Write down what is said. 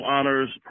Honors